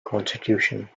constitution